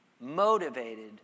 motivated